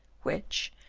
which,